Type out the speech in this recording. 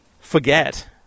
forget